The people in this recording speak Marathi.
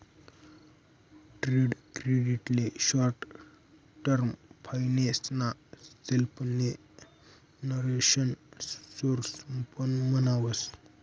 ट्रेड क्रेडिट ले शॉर्ट टर्म फाइनेंस ना सेल्फजेनरेशन सोर्स पण म्हणावस